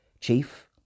chief